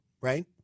right